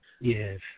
Yes